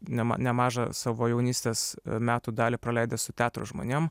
nema nemažą savo jaunystės metų dalį praleidęs su teatro žmonėm